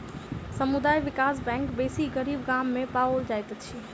समुदाय विकास बैंक बेसी गरीब गाम में पाओल जाइत अछि